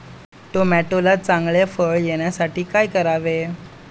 टोमॅटोला चांगले फळ येण्यासाठी काय करावे?